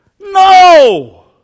No